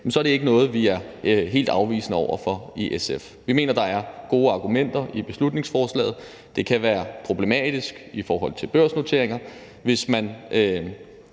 så er det ikke noget, vi er helt afvisende over for i SF. Vi mener, at der er gode argumenter i beslutningsforslaget. Det kan være problematisk i forhold til børsnoteringer, hvis man